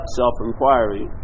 self-inquiry